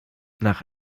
nach